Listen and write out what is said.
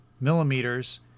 millimeters